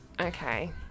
Okay